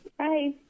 Hi